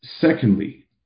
Secondly